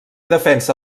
defensa